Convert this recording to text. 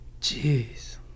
jeez